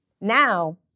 now